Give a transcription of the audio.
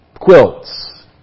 quilts